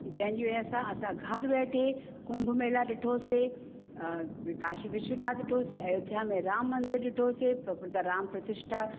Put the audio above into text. की जंहिंजी वजह सां असां घरु वेठे कुंभ मेला ॾिठोसीं काशी विश्वनाथ ॾिठोसीं अयोध्या में राम मंदरु ॾिठोसीं प्रॉपर त राम प्रतिष्ठता